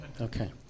Okay